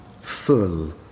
full